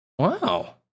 Wow